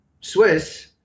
Swiss